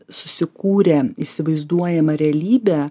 susikūrę įsivaizduojamą realybę